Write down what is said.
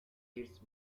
its